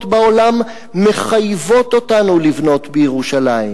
בעולם מחייבות אותנו לבנות בירושלים.